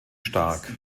stark